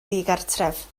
ddigartref